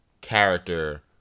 character